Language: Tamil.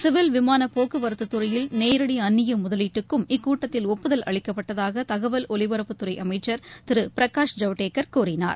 சிவில விமான போக்குவரத்தத் துறையில் நேரடி அந்நிய முதலீட்டுக்கும் இக்கூட்டத்தில் ஒப்புதல் அளிக்கப்பட்டதாக தகவல் ஒலிபரப்புத்துறை அமைச்சா் திரு பிரகாஷ் ஜவடேக்கா் கூறினார்